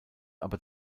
aber